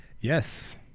Yes